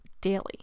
daily